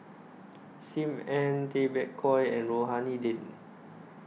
SIM Ann Tay Bak Koi and Rohani Din